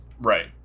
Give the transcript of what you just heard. Right